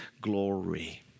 glory